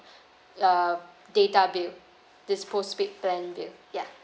uh data bill this post paid plan bill ya